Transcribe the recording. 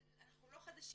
אנחנו לא חדשים.